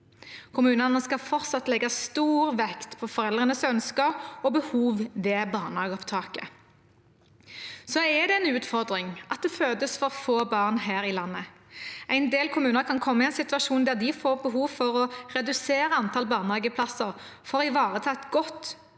Kommunene skal fortsatt legge stor vekt på foreldrenes ønsker og behov ved barnehageopptaket. Det er en utfordring at det fødes for få barn her i landet. En del kommuner kan komme i en situasjon der de får behov for å redusere antall barnehageplasser for å ivareta et godt